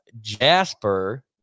Jasper